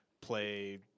play